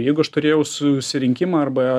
jeigu aš turėjau susirinkimą arba